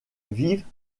vivent